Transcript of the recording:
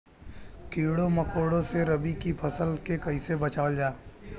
कीड़ों मकोड़ों से रबी की फसल के कइसे बचावल जा?